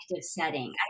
setting